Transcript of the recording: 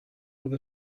with